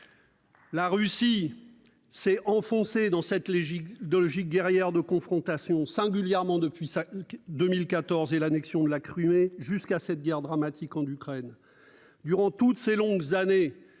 La Russie s'est enfoncée dans cette logique guerrière de confrontation, singulièrement depuis 2014 et l'annexion de la Crimée jusqu'à cette guerre dramatique en Ukraine.